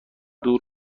دور